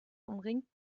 umringt